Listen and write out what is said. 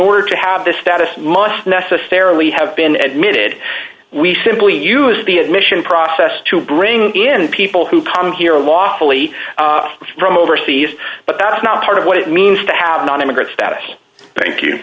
order to have the status must necessarily have been at mid we simply use the admission process to bring in people who come here lawfully from overseas but that is not part of what it means to have an immigrant status thank you